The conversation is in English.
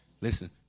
listen